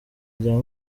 rya